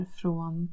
från